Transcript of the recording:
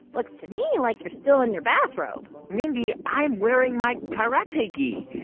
looks to me like you're still in your bathrobe mindy, i'm wearing my karate gi.